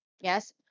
Yes